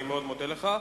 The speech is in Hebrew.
אני מאוד מודה לך.